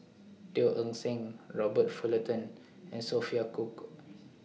Teo Eng Seng Robert Fullerton and Sophia Cooke